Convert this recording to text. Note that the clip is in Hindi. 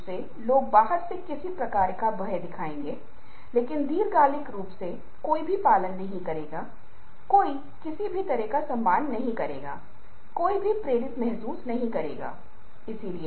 यदि आप पाब्लो पिकासो की एक पेंटिंग को देख रहे हैं तो आप पाते हैं कि ढलान वाला सिर बंद आंखें गिटार पर उंगलियों की सुस्त गति जिस तरह से शरीर मुड़ा हुआ है सब कुछ पूरी चीज के बारे में दुख का सुझाव देता है